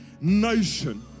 nation